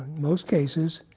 most cases.